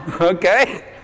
Okay